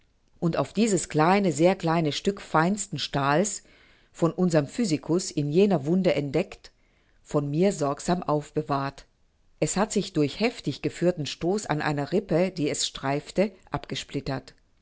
und auf dieses kleine sehr kleine stückchen feinsten stahles von unserm physicus in jener wunde entdeckt von mir sorgsam aufbewahrt es hat sich durch heftig geführten stoß an einer rippe die es streifte abgesplittert